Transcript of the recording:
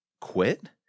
quit